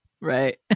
Right